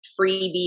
freebie